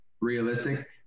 realistic